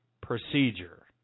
procedure